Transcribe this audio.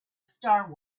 star